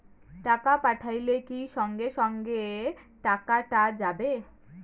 টাকা পাঠাইলে কি সঙ্গে সঙ্গে টাকাটা যাবে?